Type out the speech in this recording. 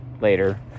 later